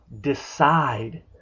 decide